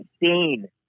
insane